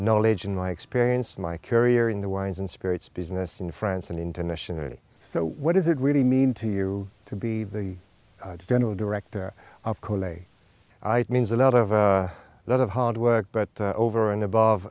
knowledge and my experience of my career in the wines and spirits business in france and internationally so what does it really mean to you to be the general director of kohli means a lot of a lot of hard work but over and above